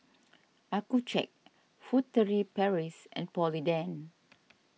Accucheck Furtere Paris and Polident